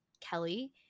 Kelly